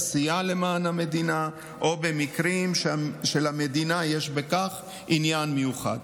עשייה למען המדינה או במקרים שלמדינה יש בכך עניין מיוחד.